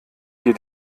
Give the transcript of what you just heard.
dir